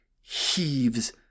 heaves